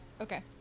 Okay